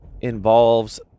involves